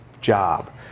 job